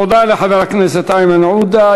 תודה לחבר הכנסת איימן עודה.